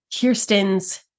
Kirsten's